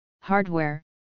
hardware